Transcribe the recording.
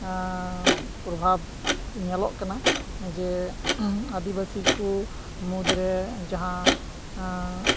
ᱯᱨᱚᱵᱷᱟᱵᱽ ᱧᱮᱞᱚᱜ ᱠᱟᱱᱟ ᱡᱮ ᱟᱫᱤᱵᱟᱥᱤ ᱠᱚ ᱢᱩᱫᱽᱨᱮ ᱡᱟᱦᱟᱸ